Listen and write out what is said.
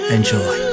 Enjoy